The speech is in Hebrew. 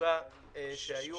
התעסוקה שהיו